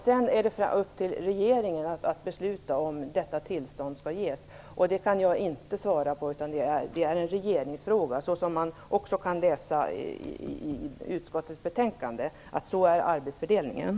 Sedan är det upp till regeringen att besluta om ifall dessa tillstånd skall ges. Det kan jag inte ge besked om, utan det är en regeringsfråga. Så är arbetsfördelningen, vilket man också kan läsa i utskottets betänkande.